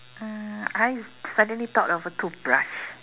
um I suddenly thought of a toothbrush